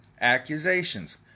accusations